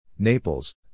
Naples